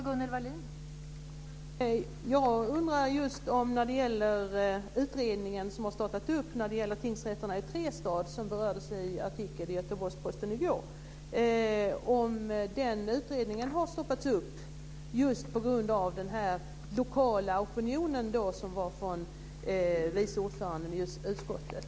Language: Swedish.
Fru talman! I en artikel i Göteborgs-Posten i går berördes den utredning som har startat när det gäller tingsrätterna i Trestad. Har den utredningen stoppats på grund av den lokala opinionen från vice ordföranden i utskottet?